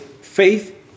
faith